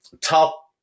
top